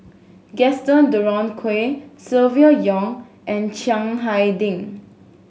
Gaston Dutronquoy Silvia Yong and Chiang Hai Ding